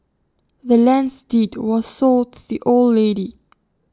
the land's deed was sold the old lady